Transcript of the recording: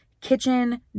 kitchen